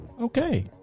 okay